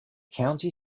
county